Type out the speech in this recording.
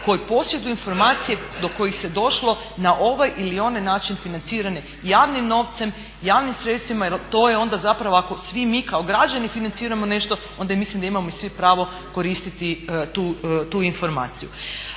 koji posjeduju informacije do kojih se došlo na ovaj ili onaj način financirane javnim novcem, javnim sredstvima jer to je onda zapravo ako svi mi kao građani financiramo nešto onda mislim da imamo i svim pravo koristiti tu informaciju.